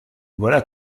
voilà